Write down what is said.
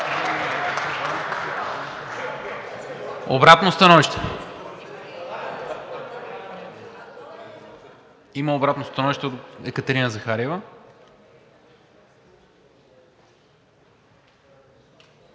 Обратно становище? Има обратно становище от Екатерина Захариева.